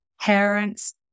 parents